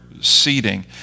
seating